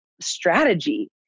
strategy